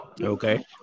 Okay